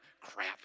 Crap